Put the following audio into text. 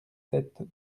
sept